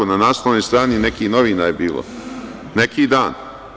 Na naslovnoj strani nekih novina je bilo, neki dan.